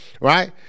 Right